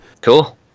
cool